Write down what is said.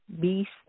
beast